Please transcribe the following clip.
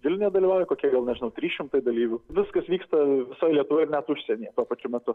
vilniuje dalyvauja kokie gal nežinau trys šimtai dalyvių viskas vyksta visoj lietuvoj ir net užsienyje tuo pačiu metu